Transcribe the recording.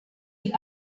die